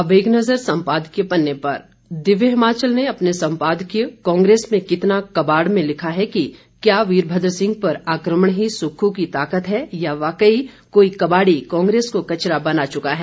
अब एक नज़र सम्पादकीय पन्ने पर दिव्य हिमाचल ने अपने सम्पादकीय कांग्रेस में कितना कबाड़ में लिखा है कि क्या वीरभद्र सिंह पर आक्रमण ही सुक्खू की ताकत है या वाकई कोई कबाड़ी कांग्रेस को कचरा बना च्का है